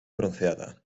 bronceada